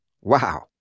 Wow